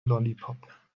lollipop